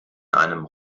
einem